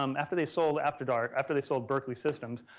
um after they sold afterdark, after they sold berkley systems